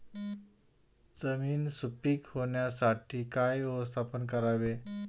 जमीन सुपीक होण्यासाठी काय व्यवस्थापन करावे?